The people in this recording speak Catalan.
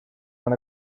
van